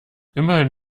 immerhin